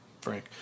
Frank